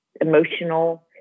emotional